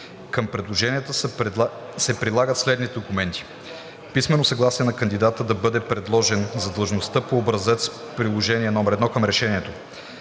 Към предложенията се прилагат следните документи: - писмено съгласие на кандидата да бъде предложен за длъжността по образец – приложение № 1 към решението;